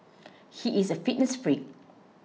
he is a fitness freak